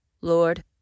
Lord